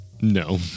No